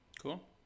Cool